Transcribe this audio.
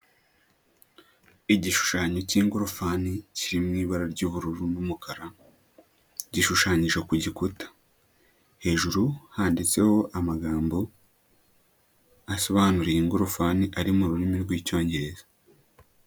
Igishushanyo k'ingorofani kiri mu ibara ry'ubururu n'umukara gishushanyije ku gikuta, hejuru handitseho amagambo asobanura iyi ingorofani ari mu rurimi rw'Icyongereza.